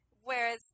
Whereas